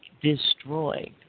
destroyed